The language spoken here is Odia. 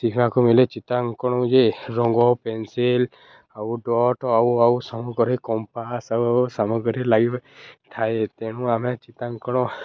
ଶିଖିବାକୁ ମିଳେ ଚିତ୍ରାଙ୍କନ ଯେ ରଙ୍ଗ ପେନସିଲ୍ ଆଉ ଡଟ୍ ଆଉ ଆଉ ସାମଗ୍ରୀରେ କମ୍ପାସ ସାମଗ୍ରୀ ଲାଗି ଥାଏ ତେଣୁ ଆମେ ଚିତ୍ରାଙ୍କନ